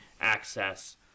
access